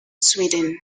sweden